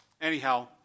anyhow